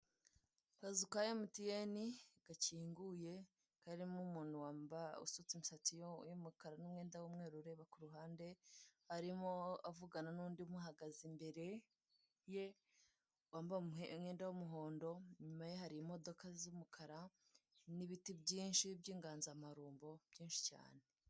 Akazu ka Emutiyeni gakinguye karimo umuntu usutse imisatsi y'umukara n'umwenda w'umweru ureba ku ruhande, arimo avugana n'undi umuhagaze imbere ye wambaye umwenda w'umuhondo, inyuma ye hari imodoka z'umukara n'ibiti byinshi by'inganzamarumbo byinshi cyane.